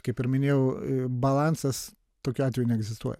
kaip ir minėjau balansas tokiu atveju neegzistuoja